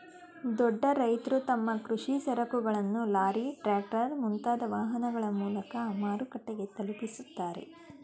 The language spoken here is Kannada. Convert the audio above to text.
ದೊಡ್ಡ ರೈತ್ರು ತಮ್ಮ ಕೃಷಿ ಸರಕುಗಳನ್ನು ಲಾರಿ, ಟ್ರ್ಯಾಕ್ಟರ್, ಮುಂತಾದ ವಾಹನಗಳ ಮೂಲಕ ಮಾರುಕಟ್ಟೆಗೆ ತಲುಪಿಸುತ್ತಾರೆ